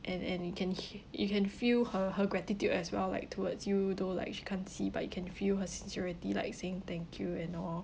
and and you can f~ you can feel her her gratitude as well like towards you though like she can't see but you can feel her sincerity like saying thank you and all